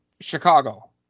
Chicago